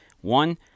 One